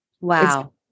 Wow